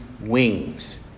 wings